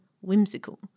whimsical